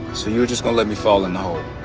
so, you're just gonna let me fall in the hole?